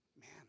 Man